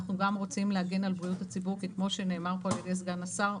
אנחנו גם רוצים להגן על בריאות הציבור כי כמו שאמר כאן על ידי סגן השר,